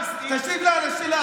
תשיב לי על השאלה